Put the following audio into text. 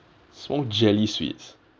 small jelly sweets